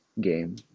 game